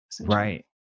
right